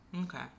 Okay